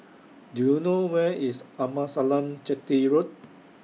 Do YOU know Where IS Amasalam Chetty Road